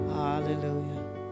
hallelujah